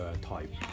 type